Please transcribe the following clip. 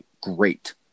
great